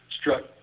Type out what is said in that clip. struck